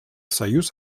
союз